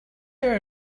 are